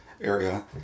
area